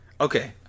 Okay